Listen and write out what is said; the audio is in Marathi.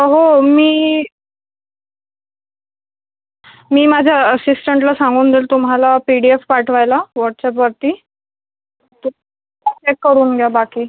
हो मी मी माझ्या असिस्टंटला सांगून देईल तुम्हाला पी डी एफ पाठवायला व्हाट्सॲपवरती चेक करून घ्या बाकी